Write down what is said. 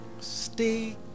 Stay